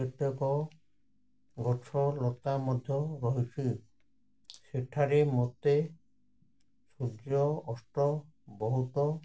କେତେକ ଗଛଲତା ମଧ୍ୟ ରହିଛି ସେଠାରେ ମୋତେ ସୂର୍ଯ୍ୟାସ୍ତ ବହୁତ